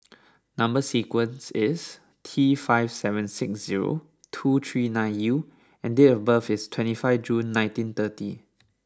number sequence is T five seven six zero two three nine U and date of birth is twenty five June nineteen thirty